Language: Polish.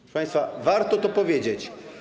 Proszę państwa, warto to powiedzieć.